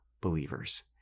believers